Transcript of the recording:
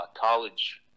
college